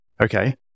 Okay